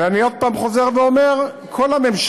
ואני עוד פעם חוזר ואומר: כל הממשלות,